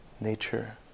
nature